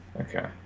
Okay